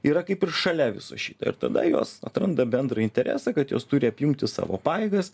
yra kaip ir šalia viso šito ir tada jos atranda bendrą interesą kad jos turi apjungti savo pajėgas